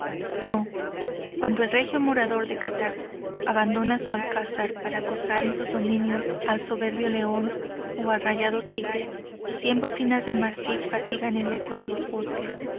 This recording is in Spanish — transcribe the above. no cuando el regio morador de kattak abandona su alcázar para acosar en sus dominios al soberbio león o al rayado tigre cien bocinas de marfil fatigan el eco de los bosques